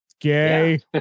gay